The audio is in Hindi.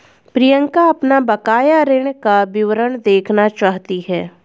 प्रियंका अपना बकाया ऋण का विवरण देखना चाहती है